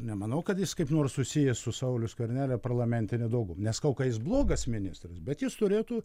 nemanau kad jis kaip nors susijęs su sauliaus skvernelia parlamente daugum nesakau ka jis blogas ministras bet jis turėtų